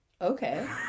Okay